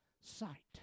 sight